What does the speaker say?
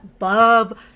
love